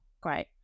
great